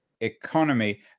economy